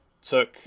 took